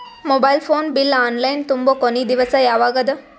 Mobile phone bill online ತುಂಬೊ ಕೊನಿ ದಿವಸ ಯಾವಗದ?